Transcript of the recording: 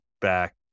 back